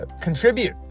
contribute